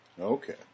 Okay